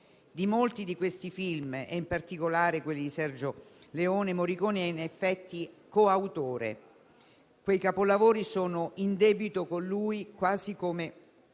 Di molti di questi film, e in particolare di quelli di Sergio Leone, Morricone è in effetti coautore. Quei capolavori sono in debito con lui quasi quanto